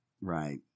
right